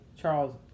Charles